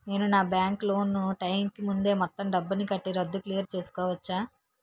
నేను నా bank loan నీ టైం కీ ముందే మొత్తం డబ్బుని కట్టి రద్దు క్లియర్ చేసుకోవచ్చా?